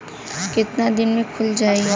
कितना दिन में खुल जाई?